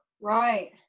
Right